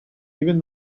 even